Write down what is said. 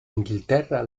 inghilterra